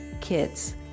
kids